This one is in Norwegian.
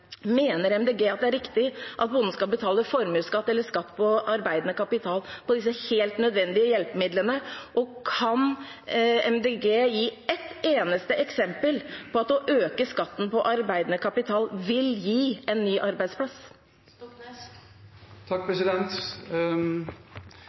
Mener Miljøpartiet De Grønne det er riktig at bonden skal betale formuesskatt, eller skatt på arbeidende kapital, på disse helt nødvendige hjelpemidlene, og kan Miljøpartiet De Grønne gi et eneste eksempel på at det å øke skatten på arbeidende kapital vil gi en ny